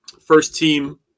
first-team